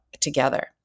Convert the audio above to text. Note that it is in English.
together